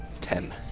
ten